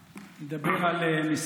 אני אדבר על כמה